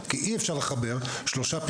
וגם שבוע, הוא אחראי לדעת את היכולות שלהם.